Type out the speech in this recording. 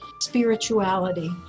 spirituality